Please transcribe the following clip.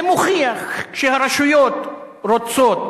זה מוכיח שכשהרשויות רוצות,